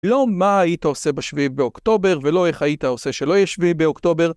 לא מה היית עושה בשבילי באוקטובר ולא איך היית עושה שלא שביעי באוקטובר